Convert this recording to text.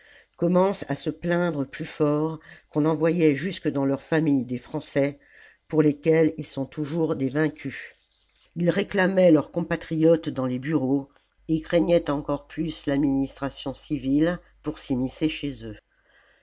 commencent à se plaindre plus fort qu'on envoyait jusque dans leurs familles des français pour lesquels ils sont toujours des vaincus ils réclamaient leurs compatriotes dans les bureaux et craignaient encore plus l'administration civile pour s'immiscer chez eux